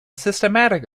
systematic